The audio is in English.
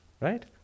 Right